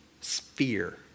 sphere